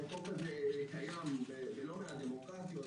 החוק הזה קיים בלא מעט דמוקרטיות,